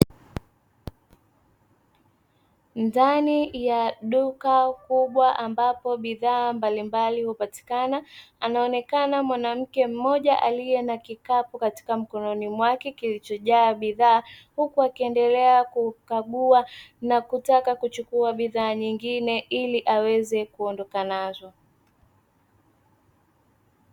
Ndani ya duka kubwa ambapo bidhaa mbalimbali hupatikana anaonekana mwanamke mmoja aliye na kikapu katika mkono wake kilichojaa bidhaa, huku akiendelea kukagua na kutaka kuchukua bidhaa nyingine ili aweze kuondoka nazo.